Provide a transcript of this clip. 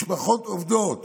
משפחות שעובדות